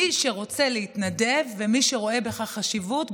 מי שרוצה להתנדב ומי שרואה בכך חשיבות,